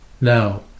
Now